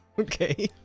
Okay